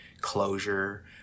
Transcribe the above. closure